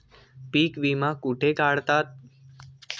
पीक विमा कुठे काढतात?